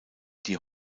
die